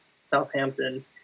Southampton